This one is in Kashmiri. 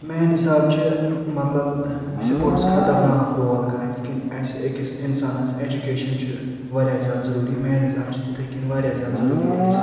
میٛانہِ حسابہٕ چھُ مطلب سپورٹٕس خطرناک رول کران یتھ کٔنۍ اسہِ أکِس انسانس ایٚجوکیشن چھِ واریاہ زیادٕ ضروٗری میٛانہِ حسابہٕ چھِ تِتھٔے کٔنۍ زیادٕ ضروٗری أکِس